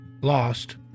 Lost